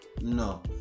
no